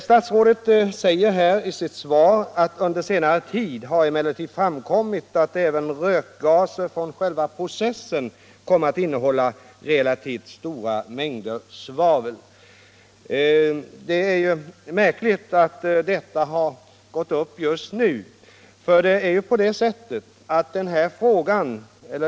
Statsrådet säger i svaret: ”Under senare tid har emellertid framkommit att även rökgaserna från själva processen kommer att innehålla relativt stora mängder svavel.” Det är märkligt att detta har upptäckts först nu.